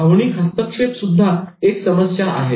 भावनिक हस्तक्षेप सुद्धा एक समस्या आहे